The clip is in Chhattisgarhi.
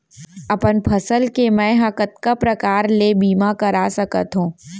अपन फसल के मै ह कतका प्रकार ले बीमा करा सकथो?